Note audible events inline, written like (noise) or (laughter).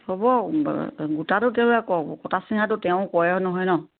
হ'ব (unintelligible) গোটাটো তেওঁ আকৌ কটা চিঙাটো তেওঁ কৰে আৰু নহয় ন